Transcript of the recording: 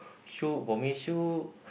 show for me show